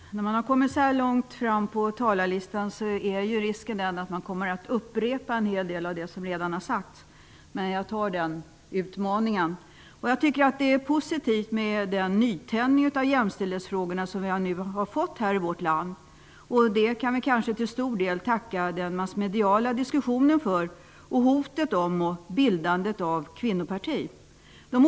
Fru talman! När man har kommit så här långt i talarlistan finns det risk för att en hel del av det som redan har sagts kommer att upprepas, men jag antar den utmaningen. Det är positivt med den nytändning av jämställdhetsfrågorna som vi nu har fått här i vårt land. Vi kan kanske till stor del tacka den massmediala diskussionen och hotet om bildandet av ett kvinnoparti för detta.